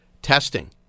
Testing